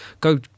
go